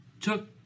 took